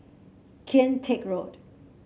Kian Teck Road